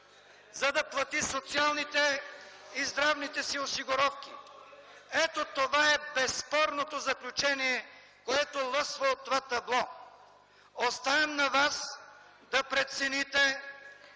за да плати социалните и здравните си осигуровки. Ето това е безспорното заключение, което лъсва от това табло. Оставям на вас да прецените